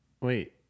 Wait